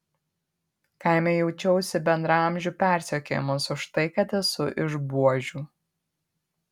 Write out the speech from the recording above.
kaime jaučiausi bendraamžių persekiojamas už tai kad esu iš buožių